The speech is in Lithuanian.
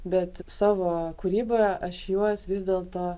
bet savo kūryboje aš juos vis dėlto